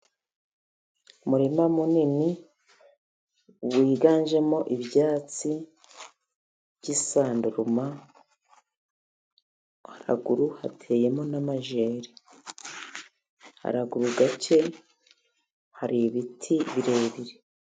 Umurima munini wiganjemo ibyatsi by'isanduruma, haraguru hateyemo n'amajeri ,haraguru gake hari ibiti birebire.